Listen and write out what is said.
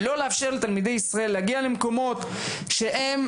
לא מאפשרת לילדי ישראל לטייל במקומות שלדעתי,